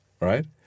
right